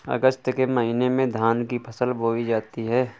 अगस्त के महीने में धान की फसल बोई जाती हैं